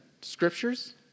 scriptures